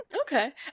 Okay